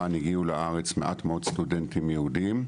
הגיעו לארץ מעט מאוד סטודנטים יהודים.